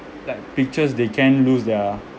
like pictures they can lose their